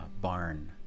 barn